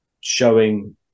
showing